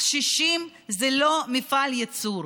הקשישים זה לא מפעל ייצור,